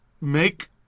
Make